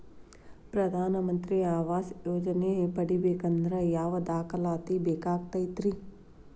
ಪ್ರಧಾನ ಮಂತ್ರಿ ಆವಾಸ್ ಯೋಜನೆ ಪಡಿಬೇಕಂದ್ರ ಯಾವ ದಾಖಲಾತಿ ಬೇಕಾಗತೈತ್ರಿ?